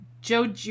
Joe